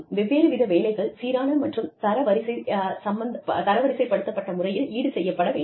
வெவ்வேறு வித வேலைகள் சீரான மற்றும் தரவரிசை படுத்தப்பட்ட முறையில் ஈடு செய்யப்பட வேண்டும்